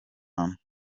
gatandatu